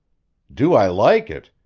do i like it?